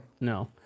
no